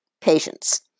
Patience